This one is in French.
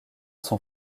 son